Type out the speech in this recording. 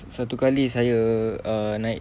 satu kali saya uh naik